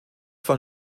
van